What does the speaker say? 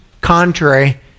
contrary